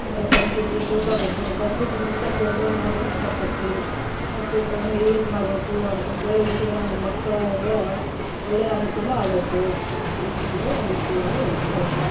ಆಮೇಲೆ ಕಂಪ್ಯೂಟ್ರು ತಿಳ್ಕಬೇಕು ಕಂಪ್ಯೂಟರ್ನಿಂದ ಜನ್ರಲ್ ನಾಲೇಡ್ಜ್ ಬರ್ತತಿ ಕಂಪ್ಯೂಟ್ರ್ ಹೆಂಗ್ ಯೂಸ್ ಮಾಡಬೇಕು ಅಂತಂದೇಳಿ ಈಗಿನ ಮಕ್ಕಳಿಗೆ ಒಳ್ಳೆಯ ಅನುಕೂಲ ಆಗೇತಿ ಅಂತಂದೇಳಿ ನಾನಿಷ್ಟು ಹೇಳ್ ಹೇಳ್ತೀನ್